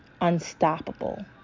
Unstoppable